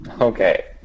Okay